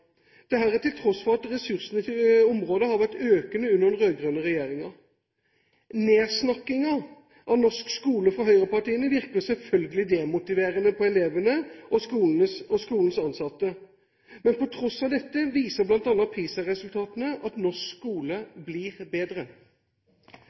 til tross for at ressursene til området har vært økende under den rød-grønne regjeringen. Nedsnakkingen av norsk skole fra høyrepartiene virker selvfølgelig demotiverende på elevene og skolens ansatte. Men på tross av dette viser bl.a. PISA-resultatene at norsk skole